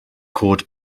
cod